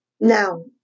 Now